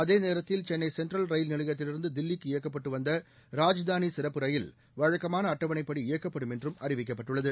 அதேநேரத்தில் சென்னை சென்ட்ரல் ரயில் நிலையத்திலிருந்து தில்லிக்கு இயக்கப்பட்டு வந்த ராஜ்தானி சிறப்பு ரயில் வழக்கமான அட்டவணைப்படி இயக்கப்படும் என்றும் அறிவிக்கப்பட்டுள்ளது